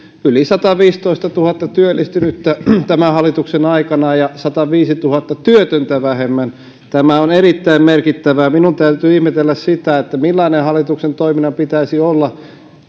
yli sataviisitoistatuhatta työllistynyttä tämän hallituksen aikana ja sataviisituhatta työtöntä vähemmän tämä on erittäin merkittävää minun täytyy ihmetellä sitä millaista hallituksen toiminnan pitäisi olla